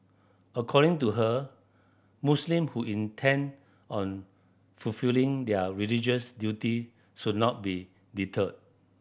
according to her Muslim who intend on fulfilling their religious duty should not be deterred